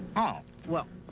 ah, well.